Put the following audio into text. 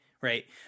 right